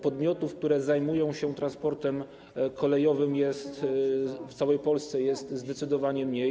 Podmiotów, które zajmują się transportem kolejowym, w całej Polsce jest zdecydowanie mniej.